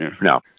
No